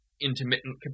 intermittent